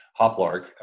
Hoplark